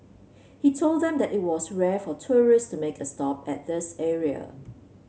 he told them that it was rare for tourists to make a stop at this area